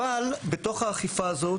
אבל בתוך האכיפה הזאת,